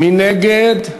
מי נגד?